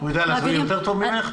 הוא יודע להסביר יותר טוב ממך?